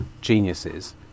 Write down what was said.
geniuses